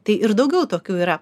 tai ir daugiau tokių yra